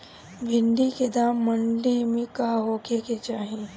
भिन्डी के दाम मंडी मे का होखे के चाही?